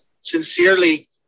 sincerely